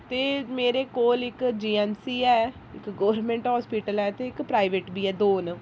ते मेरे कोल इक जीएमसी है इक गौरमैंट अस्पताल ऐ ते इक प्राइवेट बी है दो न